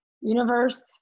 universe